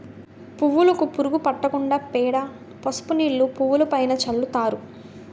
పువ్వులుకు పురుగు పట్టకుండా పేడ, పసుపు నీళ్లు పువ్వులుపైన చల్లుతారు